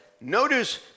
Notice